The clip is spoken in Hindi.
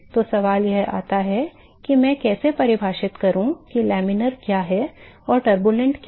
तो सवाल यह आता है कि मैं कैसे परिभाषित करूं कि laminar क्या है और turbulent क्या है